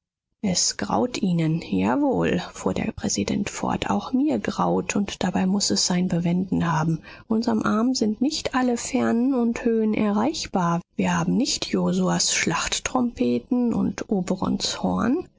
es graut ihnen jawohl fuhr der präsident fort auch mir graut und dabei muß es sein bewenden haben unserm arm sind nicht alle fernen und höhen erreichbar wir haben nicht josuas schlachttrompeten und